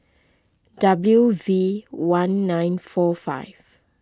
W V one nine four five